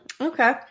Okay